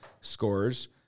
scores